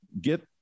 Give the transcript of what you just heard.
get